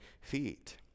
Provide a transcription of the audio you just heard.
feet